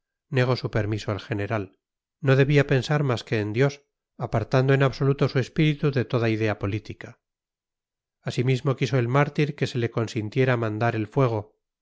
negó su permiso el general no debía pensar más que en dios apartando en absoluto su espíritu de toda idea política asimismo quiso el mártir que se le consintiera mandar el fuego